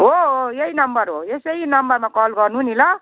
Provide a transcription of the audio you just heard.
हो हो यही नम्बर हो यसै नम्बरमा कल गर्नु नि ल